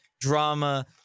drama